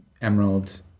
emerald